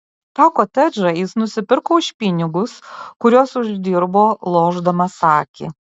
tą kotedžą jis nusipirko už pinigus kuriuos uždirbo lošdamas akį